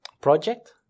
project